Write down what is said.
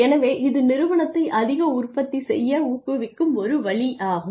எனவே இது நிறுவனத்தை அதிக உற்பத்தி செய்ய ஊக்குவிக்கும் ஒரு வழியாகும்